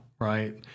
Right